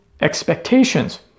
expectations